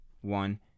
one